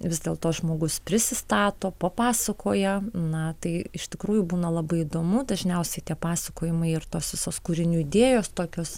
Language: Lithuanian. vis dėlto žmogus prisistato papasakoja na tai iš tikrųjų būna labai įdomu dažniausiai tie pasakojimai ir tos visos kūrinių idėjos tokios